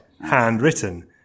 handwritten